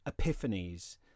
epiphanies